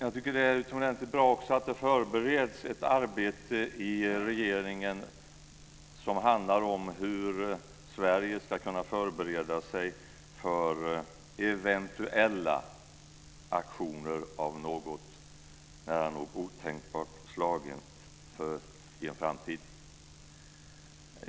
Jag tycker också att det är utomordentligt bra att det förbereds ett arbete i regeringen som handlar om hur Sverige ska kunna förbereda sig för eventuella aktioner av något nära nog otänkbart slag i en framtid.